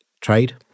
trade